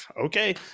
okay